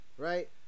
Right